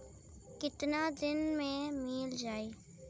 कितना दिन में मील जाई?